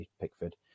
Pickford